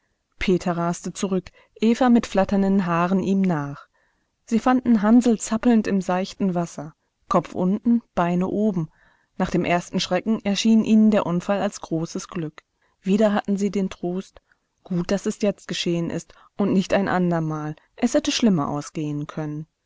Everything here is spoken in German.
peter raste zurück eva mit flatternden haaren ihm nach sie fanden hansl zappelnd im seichten wasser kopf unten beine oben nach dem ersten schrecken erschien ihnen der unfall als großes glück wieder hatten sie den trost gut daß es jetzt geschehen ist und nicht ein andermal es hätte schlimmer ausgehen können